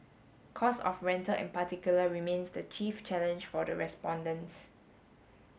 cost of rental in particular remains the chief challenge for the respondents